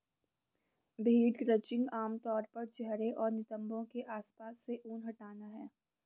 भेड़ क्रचिंग आम तौर पर चेहरे और नितंबों के आसपास से ऊन हटाना है